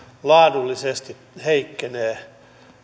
laadullisesti heikkenee